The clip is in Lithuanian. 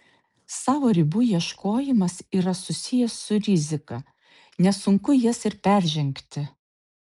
savo ribų ieškojimas yra susijęs su rizika nesunku jas ir peržengti